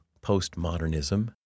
postmodernism